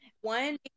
One